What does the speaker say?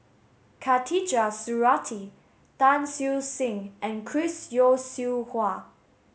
Khatijah Surattee Tan Siew Sin and Chris Yeo Siew Hua